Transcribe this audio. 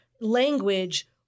language